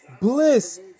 Bliss